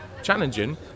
challenging